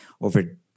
over